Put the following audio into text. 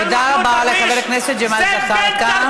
תודה רבה לחבר הכנסת ג'מאל זחאלקה.